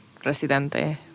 Residente